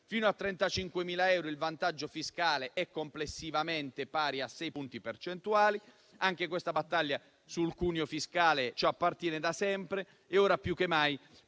Fino a 35.000 euro il vantaggio fiscale è complessivamente pari a 6 punti percentuali. Anche questa battaglia sul cuneo fiscale ci appartiene da sempre e ora più che mai,